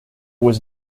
was